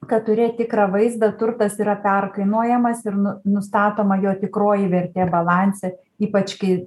kad turėt tikrą vaizdą turtas yra perkainojamas ir nu nustatoma jo tikroji vertė balanse ypač kai